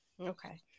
okay